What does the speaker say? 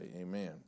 Amen